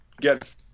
Get